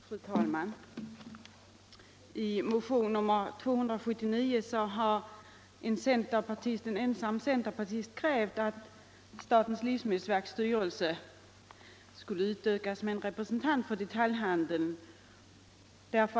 Fru talman! I motionen 279 har en ensam centerpartist krävt att statens livsmedelsverks styrelse skall utökas med en representant för detaljhandeln.